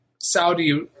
Saudi